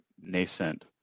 nascent